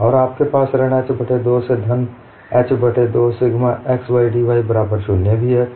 और आपके पास ऋण h बट्टे 2 से धन h बट्टे 2 सिग्मा xydY बराबर 0 भी है